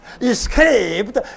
escaped